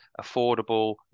affordable